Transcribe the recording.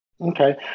Okay